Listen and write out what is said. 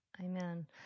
Amen